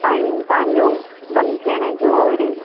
time तव्हांजो बंदि थिअण जो ऐं